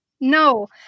No